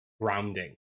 grounding